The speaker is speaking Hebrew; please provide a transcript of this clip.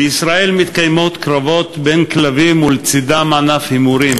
בישראל מתקיימים קרבות בין כלבים ולצדם ענף הימורים.